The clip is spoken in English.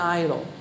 idol